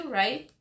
right